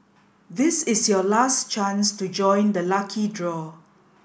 this is your last chance to join the lucky draw